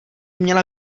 měla